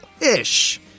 ish